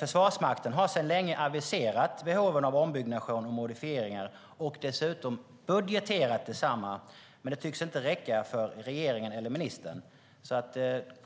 Försvarsmakten har för länge sedan aviserat behoven av ombyggnation och modifieringar och dessutom budgeterat för desamma, men det tycks inte räcka för regeringen eller ministern.